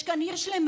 יש כאן עיר שלמה,